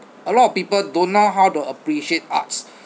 a lot of people don't know how to appreciate arts